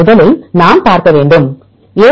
முதலில் நாம் பார்க்க வேண்டும் a